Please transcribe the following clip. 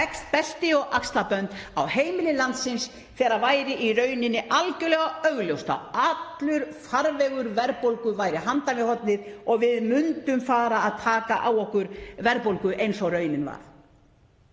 belti og axlabönd á heimili landsins þegar var í rauninni algerlega augljóst að allur farvegur verðbólgu væri handan við hornið og við myndum fara að taka á okkur verðbólgu eins og raunin var.